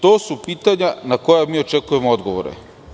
To su pitanja na koja očekujemo odgovore.